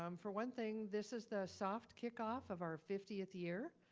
um for one thing, this is the soft kickoff of our fiftieth year.